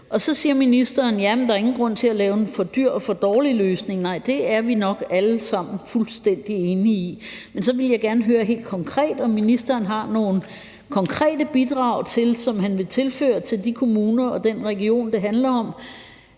her. Så ministeren så, at der ikke er nogen grund til at lave en for dyr og for dårlig løsning. Nej, det er vi nok alle sammen fuldstændig enige i, men så vil jeg gerne høre helt konkret, om ministeren har nogle konkrete bidrag, som han vil tilføre de kommuner, og den region, det handler om,